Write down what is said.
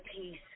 peace